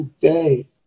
day